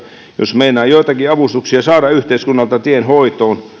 jos meinaa joitakin avustuksia saada yhteiskunnalta tien hoitoon